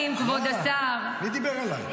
מי דיבר אלייך?